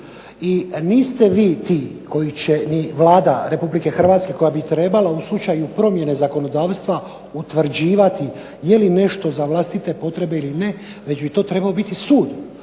I niste vi ti koji će, ni Vlada Republike Hrvatske, koja bi trebala u slučaju promjene zakonodavstva utvrđivati je li nešto za vlastite potrebe ili ne već bi to trebao biti sud,